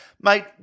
Mate